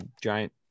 Giant